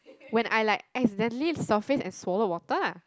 when I like accidentally surfaced and swallow water lah